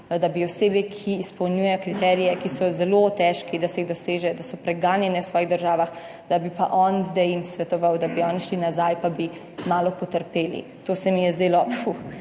da bi osebe, ki izpolnjujejo kriterije, ki so zelo težki, da se jih doseže, da so preganjane v svojih državah, da bi pa on zdaj jim svetoval, da bi oni šli nazaj, pa bi malo potrpeli, to se mi je zdelo